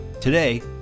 Today